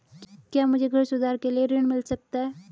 क्या मुझे घर सुधार के लिए ऋण मिल सकता है?